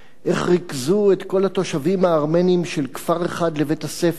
איך ריכזו את כל התושבים הארמנים של כפר אחד לבית-הספר,